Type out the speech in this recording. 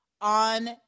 on